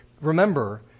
remember